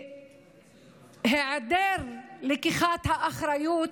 והיעדר לקיחת אחריות,